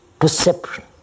perception